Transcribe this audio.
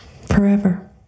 forever